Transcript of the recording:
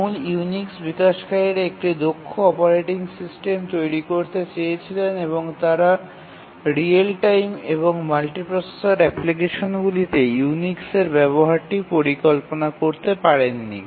মূল ইউনিক্স বিকাশকারীরা একটি দক্ষ অপারেটিং সিস্টেম তৈরি করতে চেয়েছিলেন এবং তারা রিয়েল টাইম এবং মাল্টি প্রসেসর অ্যাপ্লিকেশনগুলিতে ইউনিক্সের ব্যবহারটি কল্পনা করতে পারেননি